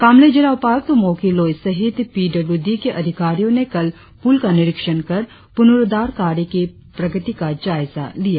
कामले जिला उपायुक्त मोकी लोई सहित पी डब्लू डी के अधिकारियों ने कल पुल का निरीक्षण कर पुनुरुद्वार कार्य की प्रगति का जायजा लिया